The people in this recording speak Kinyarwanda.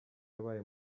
yabaye